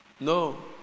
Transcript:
No